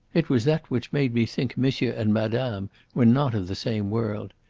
it was that which made me think monsieur and madame were not of the same world.